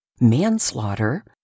manslaughter